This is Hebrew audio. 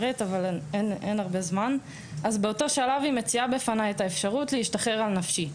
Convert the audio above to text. קצינת בריאות הנפש הציעה לי את האפשרות להשתחרר בשל סעיף נפשי.